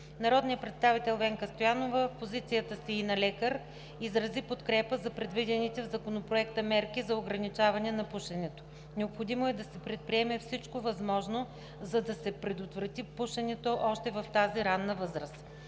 Народният представител Венка Стоянова в позицията си и на лекар изрази подкрепа за предвидените в Законопроекта мерки за ограничаване на пушенето. Необходимо е да се предприеме всичко възможно, за да се предотврати пушенето още в тази ранна възраст.